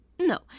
No